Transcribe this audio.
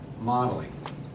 modeling